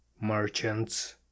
merchants